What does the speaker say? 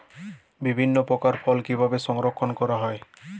বিভিন্ন প্রকার ফল কিভাবে সংরক্ষণ করা হয়?